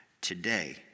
today